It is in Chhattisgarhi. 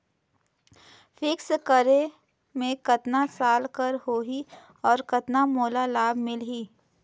फिक्स्ड करे मे कतना साल कर हो ही और कतना मोला लाभ मिल ही?